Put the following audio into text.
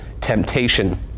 temptation